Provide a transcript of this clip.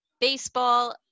baseball